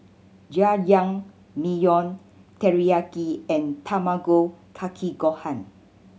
Jajangmyeon Teriyaki and Tamago Kake Gohan